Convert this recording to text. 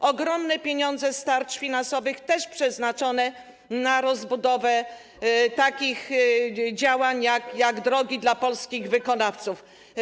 To ogromne pieniądze z tarcz finansowych przeznaczone na rozbudowę takich działań, jak drogi dla polskich wykonawców.